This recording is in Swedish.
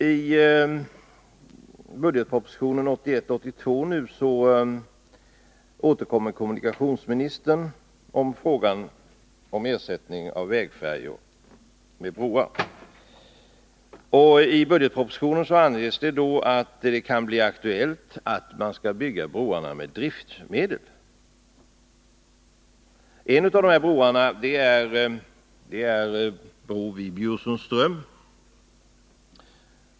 I budgetpropositionen 1981/82 återkommer kommunikationsministern till frågan om ersättning av vägfärjor med broar. I budgetpropositionen anges att det kan bli aktuellt att bygga broarna med driftmedel. En av dessa broar är bron vid Bjursunds ström.